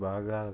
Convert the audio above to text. Baga